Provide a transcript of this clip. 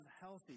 healthy